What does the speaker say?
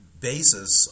basis